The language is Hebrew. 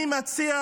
אני מציע